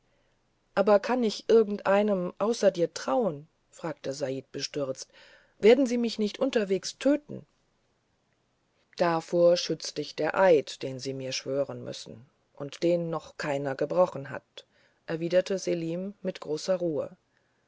aber kann ich irgendeinem außer dir trauen fragte said bestürzt werden sie mich nicht unter wegs töten davor schützt dich der eid den sie mir schwören müssen und den noch keiner gebrochen hat erwiderte selim mit großer ruhe